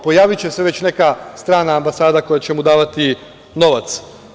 Pojaviće se već neka strana ambasada koja će mu davati novac.